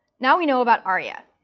now we know about aria,